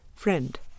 Friend